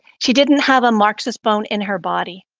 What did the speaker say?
she didn't have a marxist bone in her body.